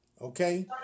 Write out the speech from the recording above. okay